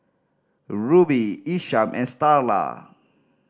Rubye Isham and Starla